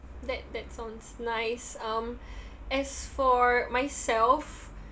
that that sounds nice um as for myself